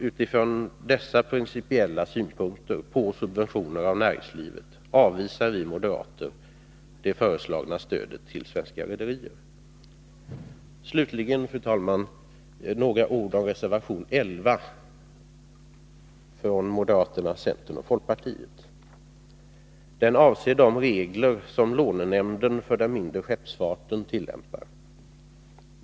Utifrån dessa principiella synpunkter på subventioner till näringslivet avvisar vi moderater det föreslagna stödet till svenska rederier. Slutligen, fru talman, några ord om reservation 11 från moderaterna, centern och folkpartiet. Den avser de regler som lånenämnden för den mindre skeppsfarten tillämpar.